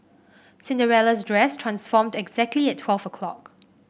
Cinderella's dress transformed exactly at twelve o' clock